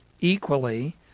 equally